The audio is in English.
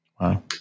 Wow